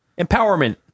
Empowerment